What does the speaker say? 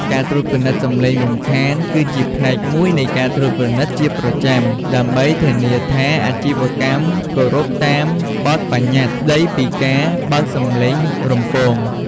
ការត្រួតពិនិត្យសំឡេងរំខាន គឺជាផ្នែកមួយនៃការត្រួតពិនិត្យជាប្រចាំ ដើម្បីធានាថាអាជីវកម្មគោរពតាមបទប្បញ្ញត្តិស្ដីពីការបើកសំឡេងរំពង។